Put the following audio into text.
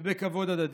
ובכבוד הדדי.